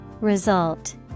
Result